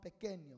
pequeño